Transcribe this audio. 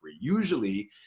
Usually